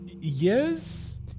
Yes